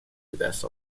بدست